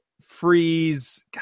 freeze